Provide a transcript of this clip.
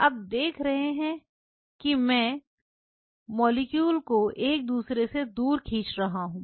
अब देख रहे हैं कि मैं मॉलिक्यूल को एक दूसरे से दूर खींच रहा हूं